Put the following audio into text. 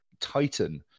Titan